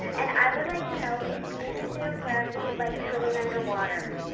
and i would like to know is being in zero gravity like swimming underwater?